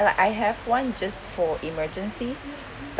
but I have one just for emergency